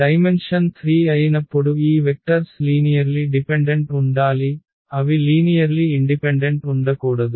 dimension 3 అయినప్పుడు ఈ vectors linearly dependent ఉండాలి అవి లీనియర్లి ఇండిపెండెంట్ ఉండకూడదు